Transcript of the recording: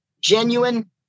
genuine